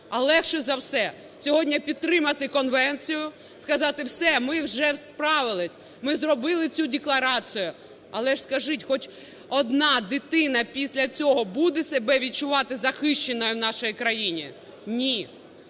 а легше за все сьогодні підтримати конвенцію, сказати все, ми вже справилися, ми зробили цю декларацію. Але ж скажіть, хоч одна дитина після цього буде себе відчувати захищеною в нашій країні? Ні.